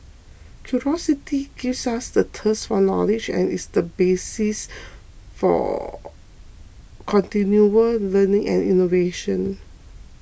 curiosity gives us the thirst for knowledge and is the basis for continual learning and innovation